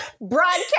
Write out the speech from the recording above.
broadcast